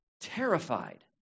terrified